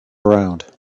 around